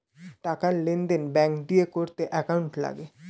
টাকার লেনদেন ব্যাঙ্ক দিয়ে করতে অ্যাকাউন্ট লাগে